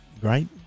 great